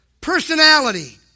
Personality